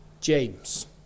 James